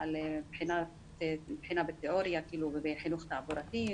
על בחינה בתיאוריה ובחינוך תעבורתי,